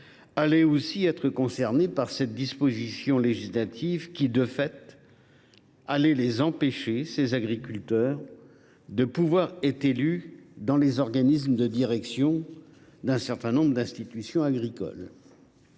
seraient aussi concernées par cette disposition législative qui, de fait, allait empêcher ces agriculteurs de pouvoir être élus dans les organismes de direction d’un certain nombre d’institutions agricoles.